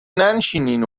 نشینین